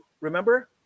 Remember